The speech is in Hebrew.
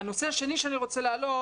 הנושא השני שאני רוצה להעלות.